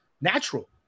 natural